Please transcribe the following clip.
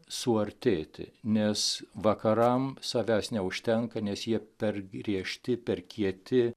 suartėti nes vakaram savęs neužtenka nes jie per griežti per kieti